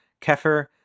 kefir